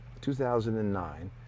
2009